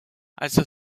also